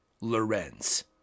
Lorenz